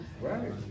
Right